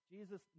Jesus